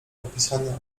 opisane